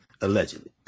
allegedly